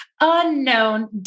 unknown